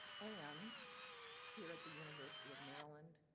and here at the university of maryland,